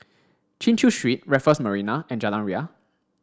Chin Chew Street Raffles Marina and Jalan Ria